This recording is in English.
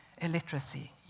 illiteracy